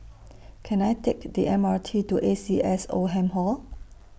Can I Take The M R T to A C S Oldham Hall